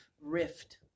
rift